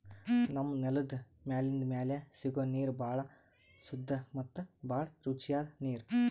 ನಮ್ಮ್ ನೆಲದ್ ಮ್ಯಾಲಿಂದ್ ಮ್ಯಾಲೆ ಸಿಗೋ ನೀರ್ ಭಾಳ್ ಸುದ್ದ ಮತ್ತ್ ಭಾಳ್ ರುಚಿಯಾದ್ ನೀರ್